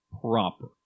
proper